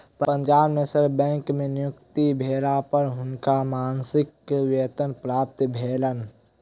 Punjab National Bank में नियुक्ति भेला पर हुनका मासिक वेतन प्राप्त भेलैन